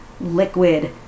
liquid